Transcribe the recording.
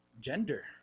gender